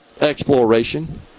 exploration